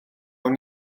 awn